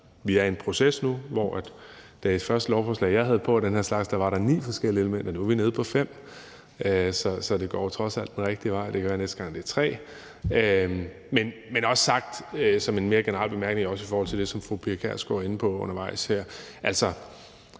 Vi er i en proces nu, og i det første lovforslag, jeg havde på af den her slags, var der ni forskellige elementer. Nu er vi nede på fem, så det går trods alt den rigtige vej. Det kan være, det er tre næste gang. Men også sagt som en mere generel bemærkning også i forhold til det, som fru Pia Kjærsgaard er inde på undervejs her,